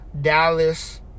Dallas